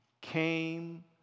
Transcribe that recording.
came